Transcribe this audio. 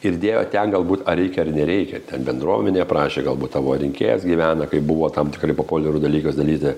ir dėjo ten galbūt ar reikia ar nereikia ten bendruomenė prašė galbūt tavo rinkėjas gyvena kaip buvo tam tikri populiaru dalykas dalyti